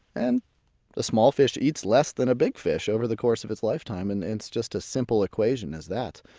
and a small fish eats less than a big fish over the course of its lifetime, and it's just as simple an equation as that.